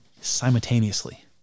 simultaneously